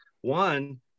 one